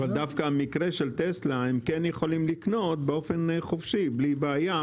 דווקא המקרה של טסלה הם יכולים לקנות באופן חופשי בלי בעיה,